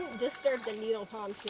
disturb the needle palm